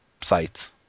sites